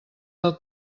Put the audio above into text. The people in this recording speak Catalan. del